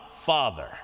Father